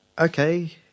Okay